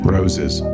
Roses